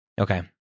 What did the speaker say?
okay